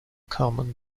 common